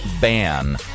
ban